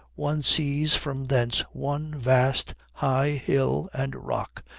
one sees from thence one vast high hill and rock,